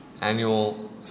annual